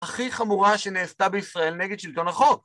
הכי חמורה שנעשתה בישראל נגד שלטון החוק